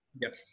Yes